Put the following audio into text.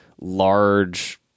large